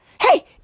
Hey